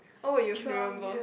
oh you remember